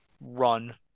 run